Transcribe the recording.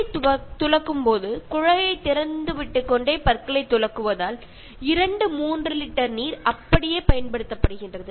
பற்களைத் துலக்கும் போது குழாயை திறந்து விட்டுக் கொண்டே பற்களை துலக்குவதால் இரண்டு மூன்று லிட்டர் நீர் அப்படியே பயன்படுத்தப்படுகிறது